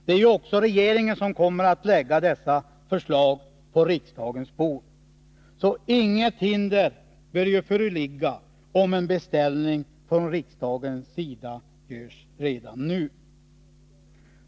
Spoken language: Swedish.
Det är också regeringen som kommer att lägga dessa förslag på riksdagens bord, så inget hinder bör föreligga om en beställning från riksdagens sida görs redan nu.